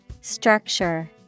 Structure